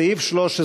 על סעיף 13,